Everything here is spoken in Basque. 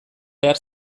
behar